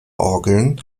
orgeln